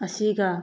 ꯑꯁꯤꯒ